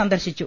സന്ദർശിച്ചു